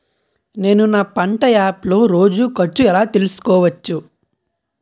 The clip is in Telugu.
నేను నా పంట యాప్ లో రోజు ఖర్చు ఎలా తెల్సుకోవచ్చు?